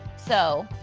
so,